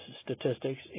statistics